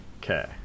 Okay